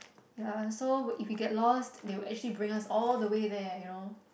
ya so if you get lost they will actually bring us all the way there you know